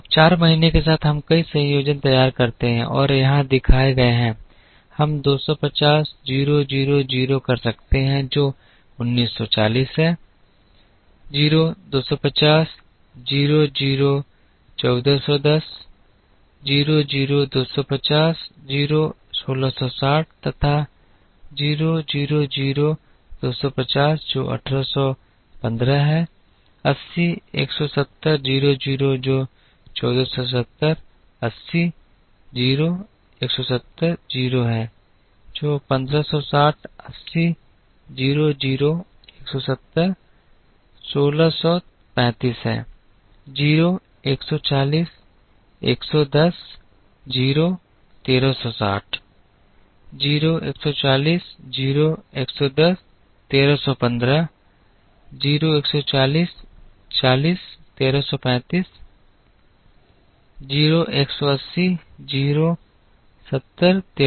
अब चार महीने के साथ हम कई संयोजन तैयार करते हैं और ये यहाँ दिखाए गए हैं हम 250 0 0 0 कर सकते हैं जो 1940 है 0 250 0 0 1410 0 0 250 0 1660 तथा 0 0 0 250 जो 1815 है 80 170 0 0 जो 1470 80 0 170 0 है जो 1560 80 0 0 170 1635 है 0 140 110 0 1360 0 140 0 110 1315 0 140 40 1335 0 180 0 70 1315